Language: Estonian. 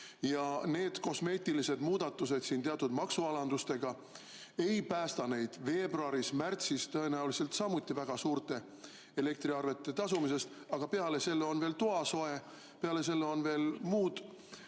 Ja need kosmeetilised muudatused siin teatud maksualandustega ei päästa neid, sest veebruaris-märtsis on tõenäoliselt samuti väga suured elektriarved, mis tuleb tasuda. Aga peale selle on veel toasoe ja peale selle on veel muud